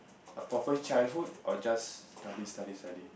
a proper childhood or just study study study